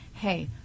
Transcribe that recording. hey